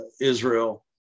Israel